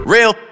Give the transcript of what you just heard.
Real